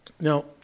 Now